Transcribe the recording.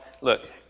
look